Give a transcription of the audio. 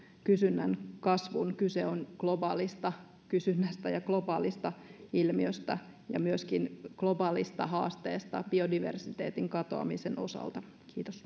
kysynnän kasvun kyse on globaalista kysynnästä ja globaalista ilmiöstä ja myöskin globaalista haasteesta biodiversiteetin katoamisen osalta kiitos